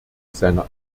seiner